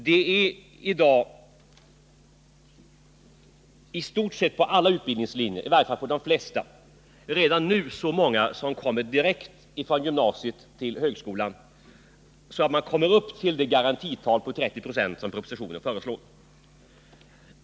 Det är redan i dag på de flesta utbildningslinjer så många som kommer direkt från gymnasiet till högskolan att man kommer upp till de garantital på 30 Jo som propositionen föreslår.